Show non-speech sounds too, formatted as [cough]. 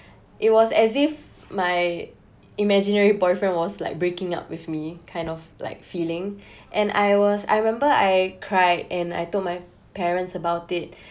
[breath] it was as if my imaginary boyfriend was like breaking up with me kind of like feeling [breath] and I was I remember I cried and I told my parents about it [breath]